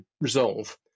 Resolve